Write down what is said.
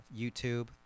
YouTube